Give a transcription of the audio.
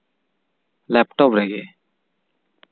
laptop ᱨᱮᱜᱮ